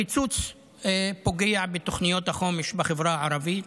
הקיצוץ פוגע בתוכניות החומש בחברה הערבית,